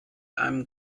einem